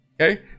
okay